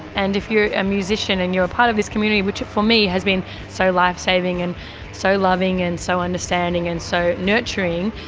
and if you are a musician and you are a part of this community, which for me has been so lifesaving and so loving and so understanding and so nurturing,